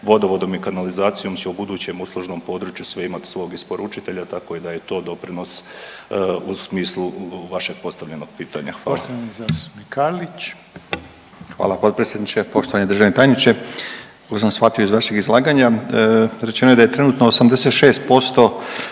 vodovodom i kanalizacijom će u budućem uslužnom području sve imati svog isporučitelja, tako da je i to doprinos u smislu vašeg postavljenog pitanja. Hvala. **Reiner, Željko (HDZ)** Poštovani zastupnik Karlić. **Karlić, Mladen (HDZ)** Hvala potpredsjedniče. Poštovani državni tajniče, koliko sam shvatio iz vašeg izlaganja, rečeno je da je trenutno 86%